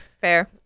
Fair